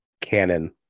canon